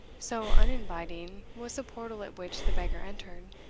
so uninviting was the portal at which the beggar entered.